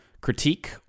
critique